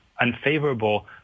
unfavorable